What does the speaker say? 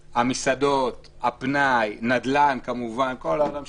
המסעדות, הפנאי, נדל"ן כמובן, כל עולם השכירויות.